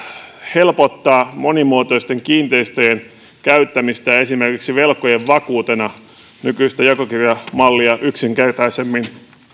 helpottaa monimuotoisten kiinteistöjen käyttämistä esimerkiksi velkojen vakuutena nykyistä jakokirjamallia yksinkertaisemmin